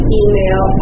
email